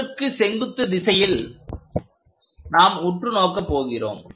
பொருளுக்கு செங்குத்து திசையில் நாம் உற்றுநோக்க போகிறோம்